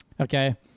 Okay